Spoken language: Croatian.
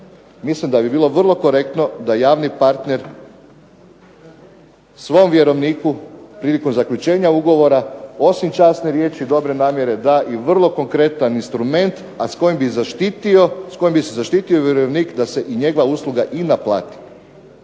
mislim da bi bilo vrlo korektno da javni partner svojem vjerovniku prilikom zaključenja ugovora osim časne riječi i dobre namjere da i vrlo konkretan instrument, a s kojim bi se zaštitio vjerovnik da se i njegova usluga i naplati.